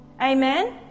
Amen